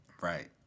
Right